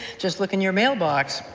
just look in your mailbox,